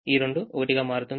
ఈ 2 1 గా మారుతుంది